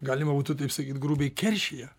galima būtų taip sakyt grubiai keršija